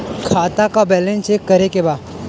खाता का balance check करे के बा?